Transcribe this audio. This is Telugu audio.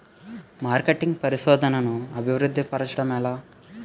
మార్కెటింగ్ పరిశోధనదా అభివృద్ధి పరచడం ఎలా